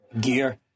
gear